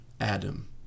adam